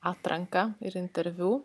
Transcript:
atranką ir interviu